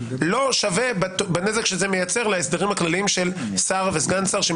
לא שווה בנזק שזה מייצר להסדרים הכלליים של שר וסגן שר.